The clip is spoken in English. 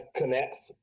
connects